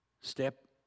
step